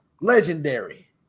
legendary